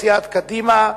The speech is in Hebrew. סיעת קדימה,